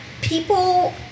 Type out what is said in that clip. people